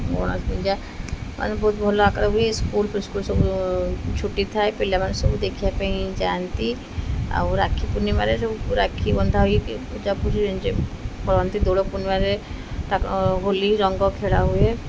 ଗଣେଶ ପୂଜା ମାନେ ବହୁତ ଭଲ ଆକାର ହୁଏ ସ୍କୁଲ୍ ଫୁସ୍କୁଲ୍ ସବୁ ଛୁଟି ଥାଏ ପିଲାମାନେ ସବୁ ଦେଖିବା ପାଇଁ ଯାଆନ୍ତି ଆଉ ରାକ୍ଷୀ ପୂର୍ଣ୍ଣିମାରେ ସବୁ ରାକ୍ଷୀ ବନ୍ଧା ହୋଇକି ପୂଜାପୁଜି ଏଞ୍ଜୟ କରନ୍ତି ଦୋଳ ପୂର୍ଣ୍ଣିମାରେ ତା ହୋଲି ରଙ୍ଗ ଖେଳା ହୁଏ